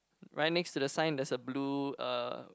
right next to the sign there's a blue uh